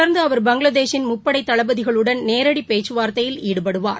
தொடர்ந்துஅவர் பங்ளாதேஷின் முப்படைதளபதிகளுடன் நேரடிபேச்சுவார்த்தையில் இதைத் ஈடுபடுவார்